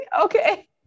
Okay